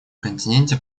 континенте